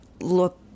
look